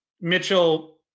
Mitchell